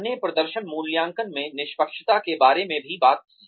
हमने प्रदर्शन मूल्यांकन में निष्पक्षता के बारे में भी बात की